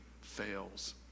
fails